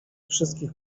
wszystkich